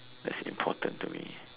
that's important to me